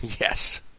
Yes